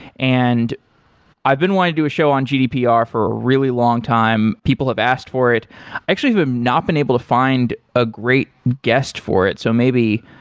and i've been wanting to do a show on gdpr for a really long time. people have asked for it. i actually have not been able to find a great guest for it, so maybe,